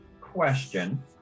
Question